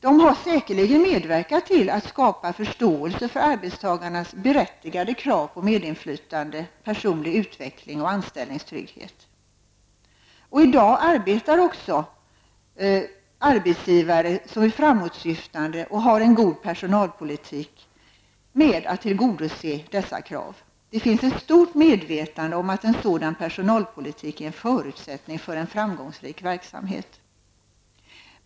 De har säkerligen medverkat till att skapa förståelse för arbetstagarnas berättigade krav på medinflytande, personlig utveckling och anställningstrygghet. Framåtsyftande arbetsgivare med god personalpolitik arbetar i dag med att tillgodose dessa krav. Det finns ett stort medvetande om att en sådan personalpolitik är en förutsättning för en framgångsrik verksamhet.